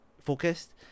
focused